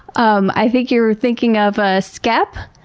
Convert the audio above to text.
um i think you're thinking of a skep.